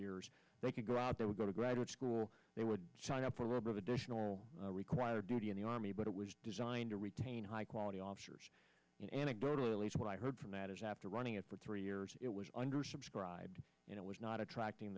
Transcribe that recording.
years they could go out they would go to graduate school they would sign up for a little bit of additional required duty in the army but it was designed to retain high quality officers and anecdotally what i heard from that is after running it for three years it was under subscribed and it was not attracting